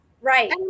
right